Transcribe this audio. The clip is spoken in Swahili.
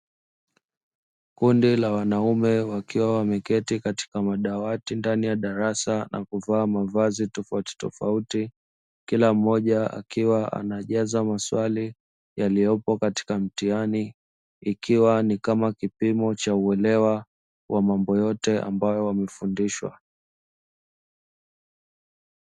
Kundi la wanaume wakiwa wameketi katika madawati ndani ya darasa, na kuvaa mavazi tofauti tofauti, kila mmoja akiwa anajaza maswali yaliyopo katika mtihani, ikiwa ni kama kipimo cha uelewa wa mambo yote ambayo wamefundishwa.